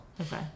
Okay